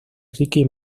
ricky